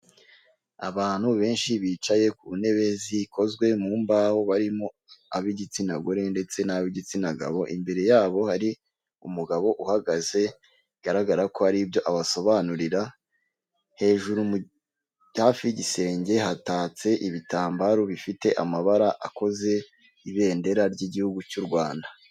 Abantu benshi bicaye ku ntebe zikozwe mu mbaho barimo ab'igitsina gore, ndetse nab'igitsina gabo imbere yabo hari umugabo uhagaze bigaragara ko aribyo abasobanurira. hejuru hafi y'igisenge hatatse ibitambaro bifite amabara akoze ibendera ry'igihugu cy'u Rwanda.